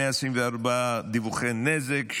124 דיווחי נזק,